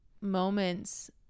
moments